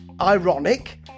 ironic